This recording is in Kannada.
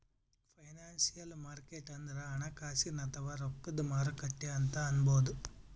ಫೈನಾನ್ಸಿಯಲ್ ಮಾರ್ಕೆಟ್ ಅಂದ್ರ ಹಣಕಾಸಿನ್ ಅಥವಾ ರೊಕ್ಕದ್ ಮಾರುಕಟ್ಟೆ ಅಂತ್ ಅನ್ಬಹುದ್